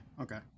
okay